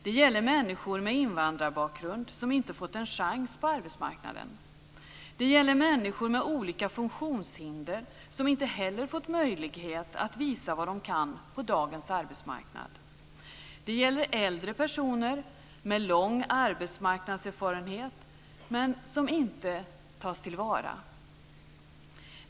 Det gäller människor med invandrarbakgrund, som inte fått en chans på arbetsmarknaden. Det gäller människor med olika funktionshinder, som inte heller fått möjlighet att visa vad de kan på dagens arbetsmarknad. Det gäller äldre personer med lång arbetsmarknadserfarenhet som inte tas till vara.